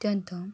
ଅତ୍ୟନ୍ତ